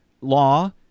law